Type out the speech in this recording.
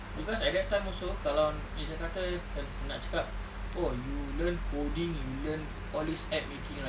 cause at that time also kalau misal kata nak cakap oh you learn coding you learn all these app making right